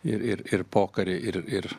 ir ir ir pokario ir ir